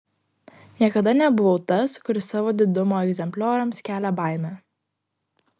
niekada nebuvau tas kuris savo didumo egzemplioriams kelia baimę